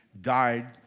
died